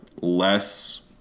less